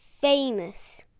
famous